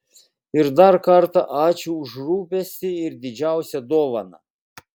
ir dar kartą ačiū už rūpestį ir didžiausią dovaną